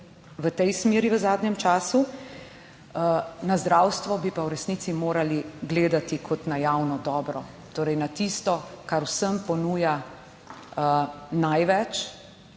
v tej smeri v zadnjem času. Na zdravstvo bi pa v resnici morali gledati kot na javno dobro, torej na tisto, kar vsem ponuja največ